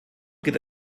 geht